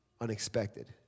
unexpected